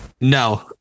no